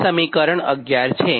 આ સમીકરણ 11 છે